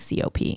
COP